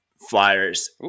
flyers